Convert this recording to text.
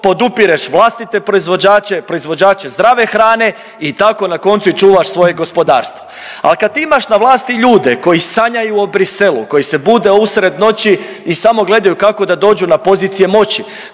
podupireš vlastite proizvođače, proizvođače zdrave hrane i tako na koncu i čuvaš svoje gospodarstvo. Ali kad ti imaš na vlasti ljude koji sanjaju o Bruxellesu, koji se bude usred noći i samo gledaju kako da dođu na pozicije moći,